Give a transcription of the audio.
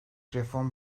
reform